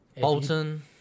Bolton